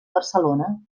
barcelona